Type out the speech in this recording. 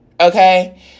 Okay